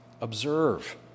Observe